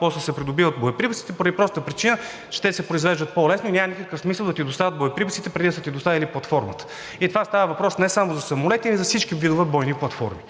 после се придобиват боеприпасите поради простата причина, че те се произвеждат по-лесно и няма никакъв смисъл да ти доставят боеприпасите, преди да са ти доставили платформата. И това става въпрос не само за самолети, а за всички видове бойни платформи,